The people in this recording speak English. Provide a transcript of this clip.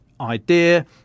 idea